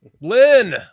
Lynn